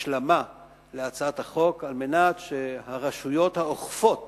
השלמה להצעת החוק, כדי שהרשויות האוכפות